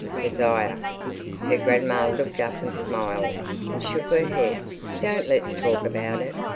kezia her grandma looked up and smiled and shook her head don't let's talk about it.